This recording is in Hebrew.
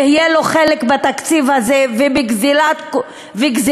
יהיה לו חלק בתקציב הזה ובגזירת קופונים.